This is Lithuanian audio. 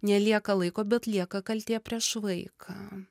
nelieka laiko bet lieka kaltė prieš vaiką